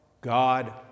God